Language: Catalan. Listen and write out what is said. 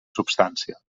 substància